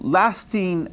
lasting